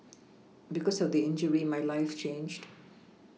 because of the injury my life changed